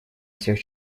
всех